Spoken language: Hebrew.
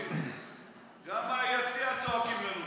ואללה יופי, גם מהיציע צועקים לנו.